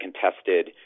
contested